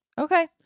okay